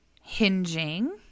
hinging